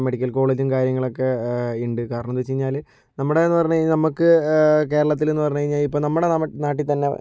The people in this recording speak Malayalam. മെഡിക്കൽ കോളേജും കാര്യങ്ങളൊക്കെ ഉണ്ട് കാരണമെന്തെന്നു വച്ചു കഴിഞ്ഞാൽ നമ്മുടെയെന്നു പറഞ്ഞു കഴിഞ്ഞാൽ നമ്മൾക്ക് കേരളത്തിലെന്ന് പറഞ്ഞു കഴിഞ്ഞാൽ ഇപ്പോൾ നമ്മടെ നാട്ടിൽ തന്നെ